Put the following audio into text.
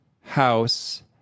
house